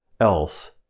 else